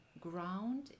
ground